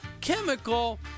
chemical